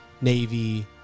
Navy